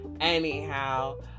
anyhow